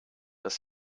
das